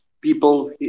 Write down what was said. people